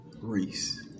reese